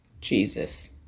Jesus